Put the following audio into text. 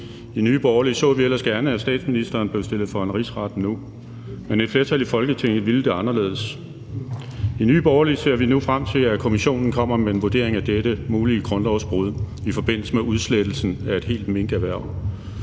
I Nye Borgerlige så vi ellers gerne, at statsministeren blev stillet for en rigsret nu, men et flertal i Folketinget ville det anderledes. I Nye Borgerlige ser vi nu frem til, at kommissionen kommer med en vurdering af dette mulige grundlovsbrud i forbindelse med udslettelsen af et helt minkerhverv.